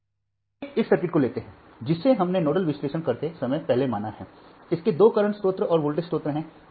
आइए इस सर्किट को लेते हैं जिसे हमने नोडल विश्लेषण करते समय पहले माना है इसके दो करंट स्रोत और वोल्टेज स्रोत हैं